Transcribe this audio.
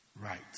right